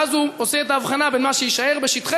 ואז הוא עושה את ההבחנה בין מה שיישאר בשטחנו